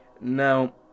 Now